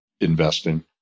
investing